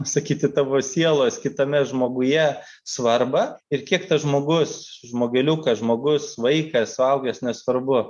pasakyti tavo sielos kitame žmoguje svarba ir kiek tas žmogus žmogeliukas žmogus vaikas suaugęs nesvarbu